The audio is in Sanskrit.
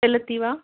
चलति वा